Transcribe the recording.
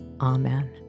Amen